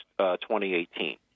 2018